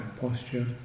posture